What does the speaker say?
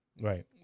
Right